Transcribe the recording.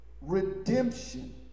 redemption